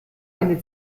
eine